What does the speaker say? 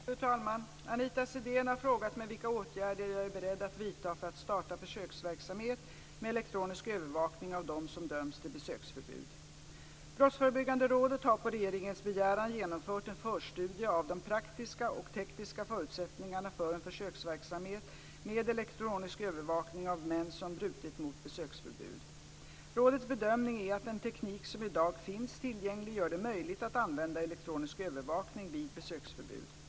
Fru talman! Anita Sidén har frågat mig vilka åtgärder jag är beredd att vidta för att starta försöksverksamhet med elektronisk övervakning av dem som dömts till besöksförbud. Brottsförebyggande rådet har på regeringens begäran genomfört en förstudie av de praktiska och tekniska förutsättningarna för en försöksverksamhet med elektronisk övervakning av män som brutit mot besöksförbud. Rådets bedömning är att den teknik som i dag finns tillgänglig gör det möjligt att använda elektronisk övervakning vid besöksförbud.